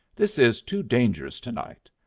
this is too dangerous to-night.